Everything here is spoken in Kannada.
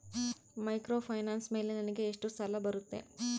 ಮೈಕ್ರೋಫೈನಾನ್ಸ್ ಮೇಲೆ ನನಗೆ ಎಷ್ಟು ಸಾಲ ಬರುತ್ತೆ?